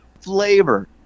Flavor